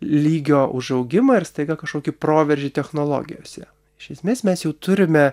lygio užaugimą ir staiga kažkokį proveržį technologijose iš esmės mes jau turime